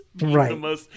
right